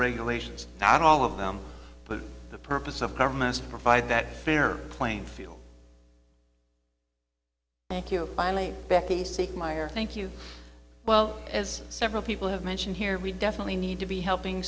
regulations not all of them but the purpose of governments provide that fair playing field thank you finally becki see meyer thank you well as several people have mentioned here we definitely need to be helping